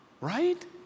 right